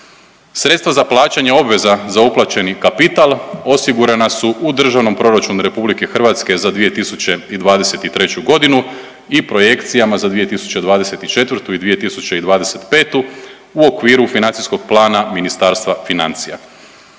Sredstva za plaćanje obveza za uplaćeni kapital osigurana su u državnom proračunu RH za 2023. g. i projekcijama za 2024. i 2025. u okviru financijskog plana Ministarstvo financija.